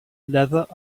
leather